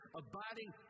abiding